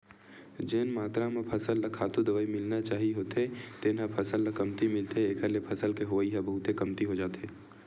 जेन मातरा म फसल ल खातू, दवई मिलना चाही होथे तेन ह फसल ल कमती मिलथे एखर ले फसल के होवई ह बहुते कमती हो जाथे